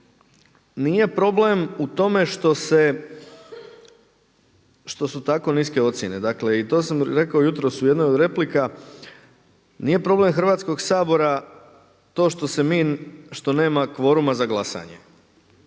nije problem u tome što su tako niske ocjene, dakle i to sam rekao jutros u jednoj od replika nije problem Hrvatskog sabora to što se mi, što nema kvoruma za glasanje